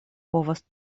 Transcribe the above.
povas